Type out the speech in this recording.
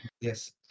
yes